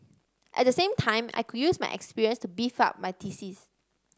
at the same time I could use my experience to beef up my thesis